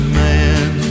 man